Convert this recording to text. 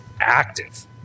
active